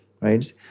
right